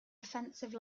offensive